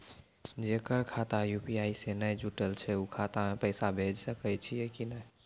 जेकर खाता यु.पी.आई से नैय जुटल छै उ खाता मे पैसा भेज सकै छियै कि नै?